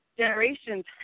generations